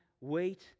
wait